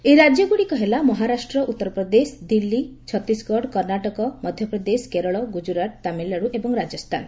ଏହି ରାଜ୍ୟଗୁଡ଼ିକ ହେଲା ମହାରାଷ୍ଟ୍ର ଉତ୍ତରପ୍ରଦେଶ ଦିଲ୍ଲୀ ଛତିଶଗଡ କର୍ଣ୍ଣାଟକ ମଧ୍ୟପ୍ରଦେଶ କେରଳ ଗୁକ୍ତୁରାଟ ତାମିଲନାଡୁ ଏବଂ ରାଜସ୍ଥାନ